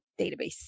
database